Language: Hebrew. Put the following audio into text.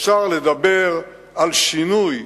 אפשר לדבר על שינוי.